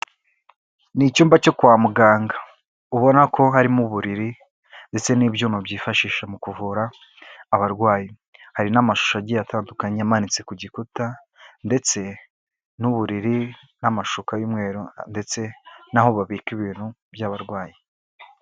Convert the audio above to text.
Ni icyumba cyo kwa muganga ubona ko harimo uburiri ndetse n'ibyuma byifashisha mu kuvura abarwayi hari n'amashusho agiye atandukanye amanitse ku gikuta ndetse n'uburiri n'amashuka y'umweru ndetse n'aho babika ibintu by'abarwayi.